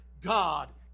God